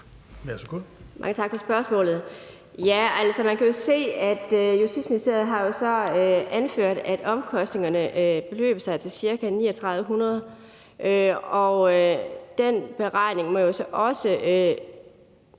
Mange tak for spørgsmålet. Man kan jo se, at Justitsministeriet har anført, at omkostningerne beløber sig til ca. 3.900 kr., og den beregning må jo så også